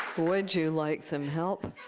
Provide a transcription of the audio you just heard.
would you like some help?